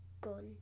gun